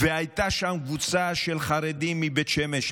הייתה שם קבוצה של חרדים מבית שמש,